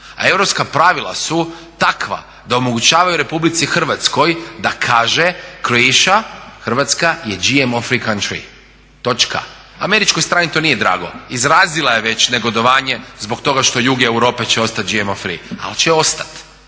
A europska pravila su takva da omogućavaju Republici Hrvatskoj da kaže Croatia je GMO free country, točka. Američkoj strani to nije drago, izrazila je već negodovanje zbog toga što jug Europe će ostati GMO free. Ali će ostati.